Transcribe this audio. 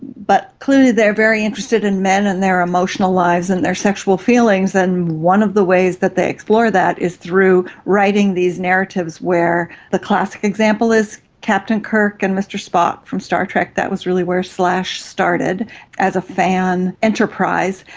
but clearly they are very interested in men and their emotional lives and their sexual feelings, and one of the ways that they explore that is through writing these narratives where, the classic example is captain kirk and mr spock from star trek, that was really where slash started as a fan enterprise.